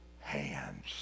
hands